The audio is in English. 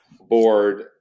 board